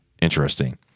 interesting